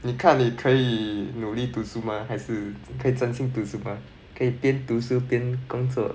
你看你可以努力读书吗还是只可以专心读书吗可以边读书边工作